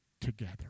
together